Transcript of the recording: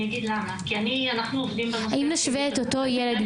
כי אנחנו עובדים --- אם נשווה את אותו ילד עם